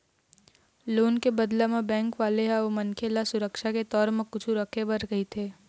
loan के बदला म बेंक वाले ह ओ मनखे ल सुरक्छा के तौर म कुछु रखे बर कहिथे